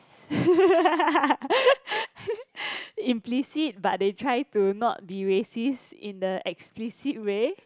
implicit but they try to not be racist in the explicit way